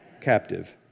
Captive